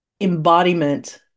embodiment